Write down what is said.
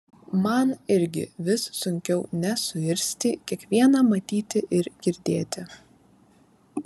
man irgi vis sunkiau nesuirzti kiekvieną matyti ir girdėti